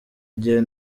igihe